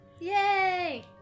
yay